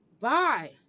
Bye